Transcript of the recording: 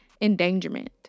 endangerment